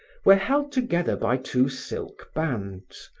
were held together by two silk bands,